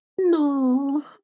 No